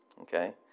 Okay